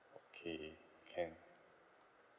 okay can